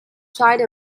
shied